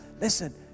Listen